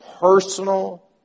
personal